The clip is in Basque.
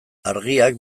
argiak